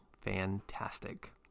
fantastic